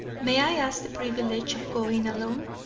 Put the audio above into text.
may i ask the privilege of going alone?